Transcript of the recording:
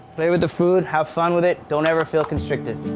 play with the food, have fun with it, don't ever feel constricted.